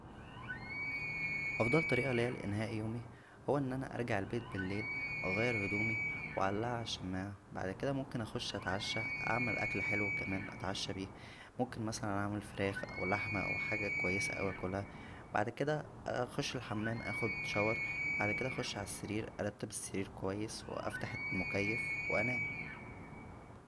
افضل طريقه ليا لانهاء يومى هى ان انا ارجع البيت بليل واغير هدومى واعلقها عالشماعه بعد كدا ممكن اخش اتعشى اعمل اكل حلو كمان اتعشى بيه ممكن مثلا اعمل فراخ او لحمه او حاجه كويسه اكلها بعد كدا اخش الحمام اخد شاور بعد كرا اخش عالسرير ارتب السرير كويس وافتح المكيف وانام